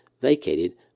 vacated